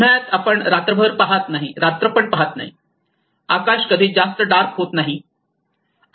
उन्हाळ्यात आपण रात्रभर पाहत नाही आकाश कधी जास्त डार्क होत नाही